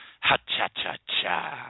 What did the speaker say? Ha-cha-cha-cha